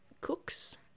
cooks